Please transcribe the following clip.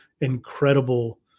incredible